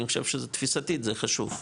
אני חושב שתפיסתית זה חשוב,